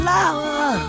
Flower